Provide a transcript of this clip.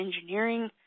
engineering